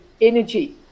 energy